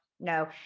no